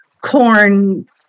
corn